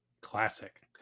Classic